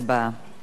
בבקשה.